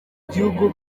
gihugu